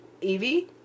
Evie